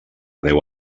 deu